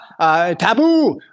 taboo